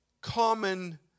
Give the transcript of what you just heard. common